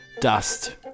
dust